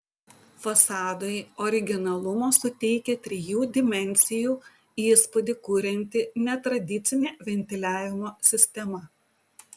fasadui originalumo suteikia trijų dimensijų įspūdį kurianti netradicinė ventiliavimo sistema